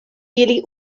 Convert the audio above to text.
ili